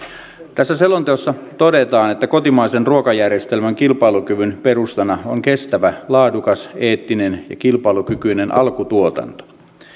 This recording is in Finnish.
tässä selonteossa todetaan että kotimaisen ruokajärjestelmän kilpailukyvyn perustana on kestävä laadukas eettinen ja kilpailukykyinen alkutuotanto